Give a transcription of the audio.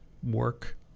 work